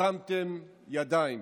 הרמתם ידיים.